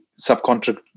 subcontract